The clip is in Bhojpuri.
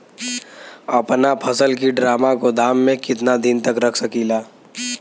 अपना फसल की ड्रामा गोदाम में कितना दिन तक रख सकीला?